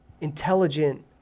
intelligent